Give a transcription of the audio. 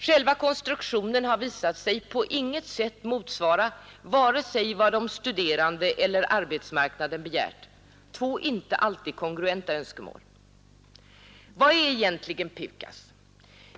Själva konstruktionen har visat sig på inget sätt motsvara vare sig vad de studerande eller arbetsmarknaden begärt — två inte alltid kongruenta önskemål. Vad är egentligen PUKAS?